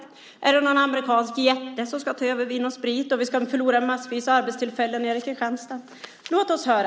Är det en amerikansk jätte som ska ta över Vin & Sprit och ska vi förlora massvis med arbetstillfällen i Kristianstad? Låt oss höra!